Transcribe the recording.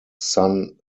son